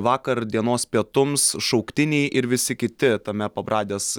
vakar dienos pietums šauktiniai ir visi kiti tame pabradės